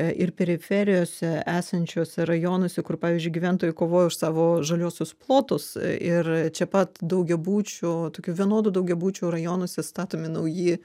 ir periferijose esančiuose rajonuose kur pavyzdžiui gyventojai kovoja už savo žaliuosius plotus ir čia pat daugiabučių tokių vienodų daugiabučių rajonuose statomi nauji